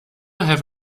have